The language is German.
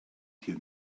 hier